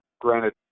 Granted